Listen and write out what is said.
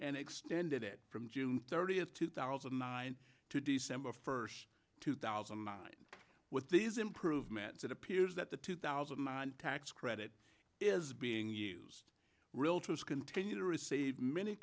and extended it from june thirtieth two thousand and nine to december first two thousand and nine with these improvements it appears that the two thousand mind tax credit is being used realtors continue to receive many